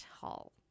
Hall